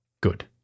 good